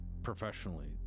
professionally